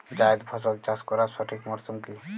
জায়েদ ফসল চাষ করার সঠিক মরশুম কি?